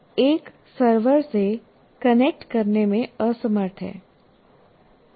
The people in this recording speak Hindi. एक सर्वर से कनेक्ट करने में असमर्थ है